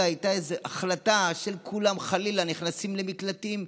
הייתה איזו החלטה שכולם חלילה נכנסים למקלטים,